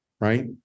right